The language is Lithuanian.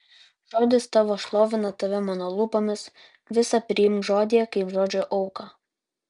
žodis tavo šlovina tave mano lūpomis visa priimk žodyje kaip žodžio auką